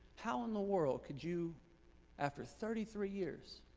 how in the world could you after thirty three years,